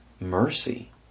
mercy